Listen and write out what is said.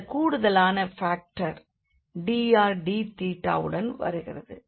இந்த கூடுதலான ஃபாக்டர் drdθவுடன் வருகிறது